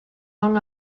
long